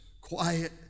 quiet